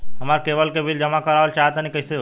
हमरा केबल के बिल जमा करावल चहा तनि कइसे होई?